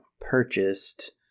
purchased